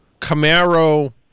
Camaro